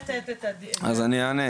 אז אני אענה.